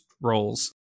roles